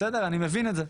אני מבין את זה.